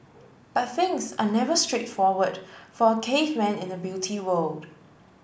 but things are never straightforward for a caveman in the beauty world